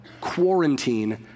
quarantine